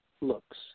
looks